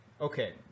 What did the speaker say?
okay